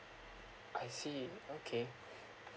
I see okay